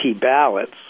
ballots